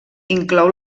inclou